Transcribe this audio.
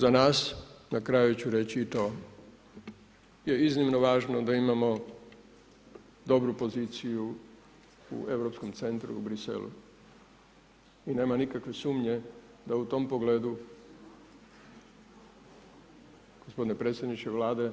Za nas, na kraju ću reći i to je iznimno važno da imamo dobru poziciju u europskom centru u Bruxellesu i nema nikakve sumnje da u tom pogledu gospodine predsjedniče Vlade,